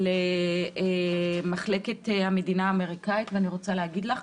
של מחלקת המדינה האמריקנית, ואני רוצה להגיד לך